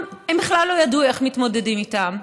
הם בכלל לא ידעו איך מתמודדים איתן.